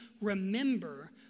remember